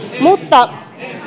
mutta